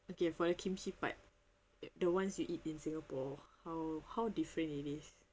okay for the kimchi part the ones you eat in singapore how how different it is